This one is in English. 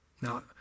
now